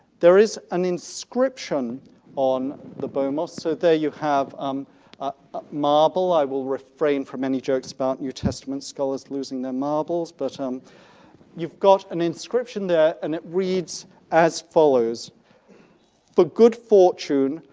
there is an inscription on the bomos, so there you have um a marble. i will refrain from any jokes about new testament scholars losing their marbles. but um you've got an inscription there and it reads as follows for good fortune,